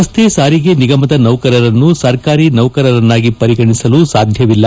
ರಸ್ತೆ ಸಾರಿಗೆ ನಿಗಮ ನೌಕರರನ್ನು ಸರ್ಕಾರಿ ನೌಕರರನ್ನಾಗಿ ಪರಿಗಣಿಸಲು ಸಾಧ್ಯವಿಲ್ಲ